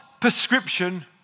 prescription